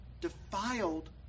defiled